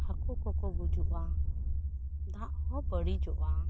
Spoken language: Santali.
ᱦᱟᱹᱠᱩ ᱠᱚᱠᱚ ᱜᱩᱡᱩᱜᱼᱟ ᱫᱟᱜ ᱦᱚᱸ ᱵᱟᱹᱲᱤᱡᱚᱜᱼᱟ